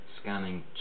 scanning